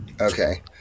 Okay